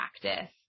practice